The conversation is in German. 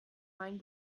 main